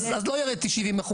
אז לא ירדו 70%,